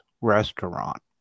restaurant